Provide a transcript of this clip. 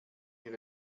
wir